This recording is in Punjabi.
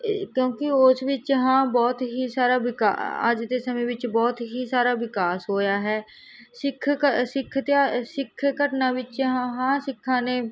ਕਿਉਂਕਿ ਉਸ ਵਿੱਚ ਹਾਂ ਬਹੁਤ ਹੀ ਸਾਰਾ ਵਿਕਾ ਅੱਜ ਦੇ ਸਮੇਂ ਵਿੱਚ ਬਹੁਤ ਹੀ ਸਾਰਾ ਵਿਕਾਸ ਹੋਇਆ ਹੈ ਸਿੱਖ ਕ ਸਿੱਖ ਇਤਿਹਾ ਸਿੱਖ ਘਟਨਾ ਵਿੱਚ ਹਾਂ ਸਿੱਖਾਂ ਨੇ